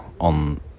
on